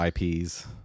IPs